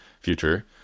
future